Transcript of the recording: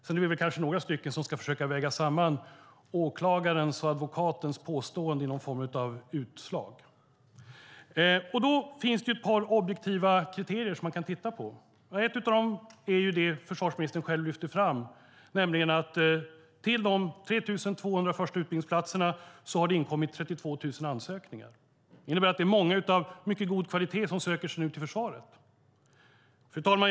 Sedan är vi några stycken som ska försöka väga samman åklagarens och advokatens påståenden i någon form av utslag. Då finns det ett par objektiva kriterier som man kan titta på. Ett av dem är det som försvarsministern själv lyfter fram, nämligen att till de 3 200 första utbildningsplatserna har det inkommit 32 000 ansökningar. Det innebär att det är många med meriter av god kvalitet som nu söker sig till försvaret. Fru talman!